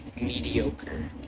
mediocre